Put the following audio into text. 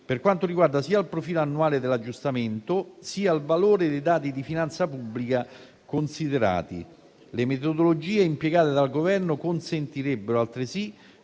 per quanto riguarda sia il profilo annuale dell'aggiustamento, sia il valore dei dati di finanza pubblica considerati. Le metodologie impiegate dal Governo consentirebbero altresì